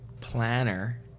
planner